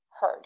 heard